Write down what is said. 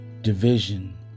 Division